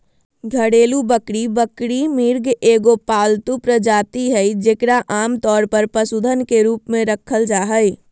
घरेलू बकरी बकरी, मृग के एगो पालतू प्रजाति हइ जेकरा आमतौर पर पशुधन के रूप में रखल जा हइ